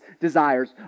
desires